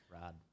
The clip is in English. Rod